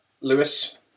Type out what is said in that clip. Lewis